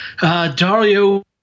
Dario